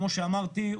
כמו שאמרתי,